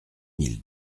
mille